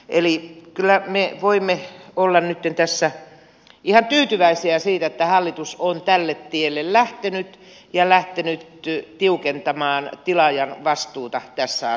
eli kyllä me voimme olla nytten ihan tyytyväisiä siihen että hallitus on tälle tielle lähtenyt ja lähtenyt tiukentamaan tilaajan vastuuta tässä